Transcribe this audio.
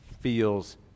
feels